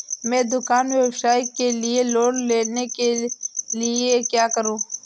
मैं दुकान व्यवसाय के लिए लोंन लेने के लिए क्या करूं?